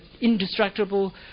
indestructible